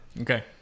okay